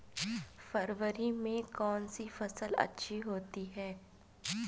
फरवरी में कौन सी फ़सल अच्छी होती है?